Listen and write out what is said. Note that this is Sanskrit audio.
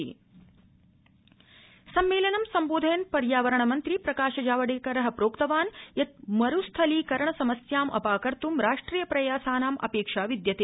प्रकाश जावडेकर सम्मेलनं सम्बोधयन् पर्यावरण मन्त्री प्रकाश जावडेकर प्रोक्तवान् यत् मरूस्थलीकरण समस्याम् अपाकर्त् राष्ट्रिय प्रयासानाम् अपेक्षा विद्यते